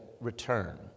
return